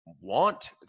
want